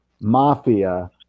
mafia